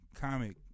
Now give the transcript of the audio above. comic